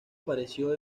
apareció